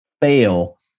fail